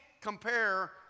compare